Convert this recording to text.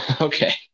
Okay